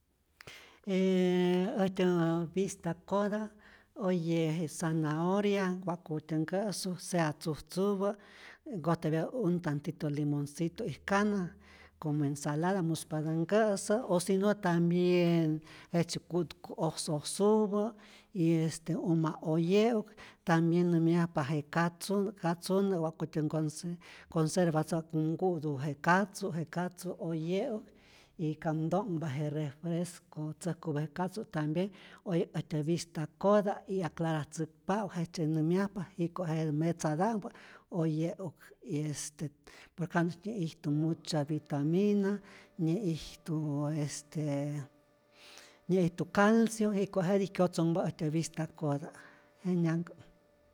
E äjtyä vista'kota oye je zanahoria wa'kutyä nkä'su, sea tzujtzupä u nkojtapyatä un tantito limoncito y kana como ensalada muspatä nkä'sä o si no tambien jejtzye ku'tku'oj sosupä, y este uma'oye'uk, tambien nämyajpa je katzunä', katzunä wa'kutä nconsum nconservatzäjku nku'tu je katzu, je katzu oye'uk y kam nto'nhpa je refresco ntzäjkupä je katzu' tambien oye'k äjtyä vista'kota' y aclaratzäkpa'uk jejtzye nämyajpa, jiko' je metzata'mpä oye'uk, y este por que janu'sy nyä'ijtu mucha vitamina, nyä'ijtu este nyä'ijtu calcio, jiko' jetij kyotzonhpa äjtyä vistakota', jenyanhkä'.